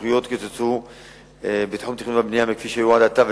הסמכויות בתחום התכנון והבינוי קוצצו מכפי שהיו עד עתה,